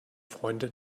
freunde